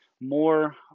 more